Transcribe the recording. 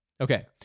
okay